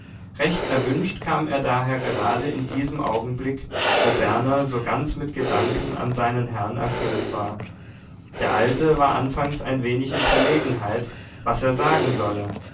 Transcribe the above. recht erwünscht kam er daher gerade in diesem augenblick wo berner so ganz mit gedanken an seinen herrn erfüllt war der alte war anfangs ein wenig in verlegenheit was er sagen solle